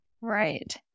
Right